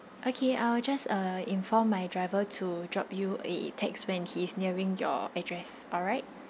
okay I will just uh inform my driver to drop you a text when he's nearing your address alright